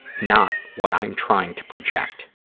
not what i'm trying to project?